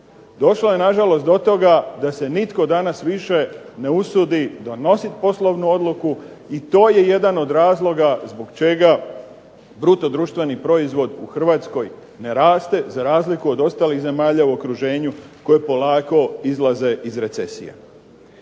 Došlo je na žalost do toga da se nitko danas više ne usudi donositi poslovnu odluku i to je jedan od razloga zbog čega bruto društveni proizvod u Hrvatskoj ne raste za razliku od ostalih zemalja u okruženju koje polako izlaze iz recesije.